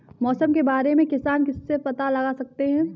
मौसम के बारे में किसान किससे पता लगा सकते हैं?